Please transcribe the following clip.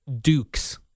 Dukes